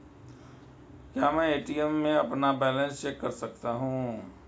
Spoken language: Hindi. क्या मैं ए.टी.एम में अपना बैलेंस चेक कर सकता हूँ?